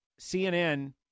CNN